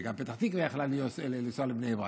וגם מפתח תקווה יכלו לנסוע לבני ברק.